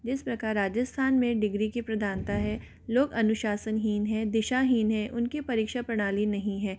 जिस प्रकार राजस्थान में डिग्री की प्रधानता है लोग अनुशासनहीन हैं दिशाहीन हैं उनकी परीक्षा प्रणाली नहीं है